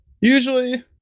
usually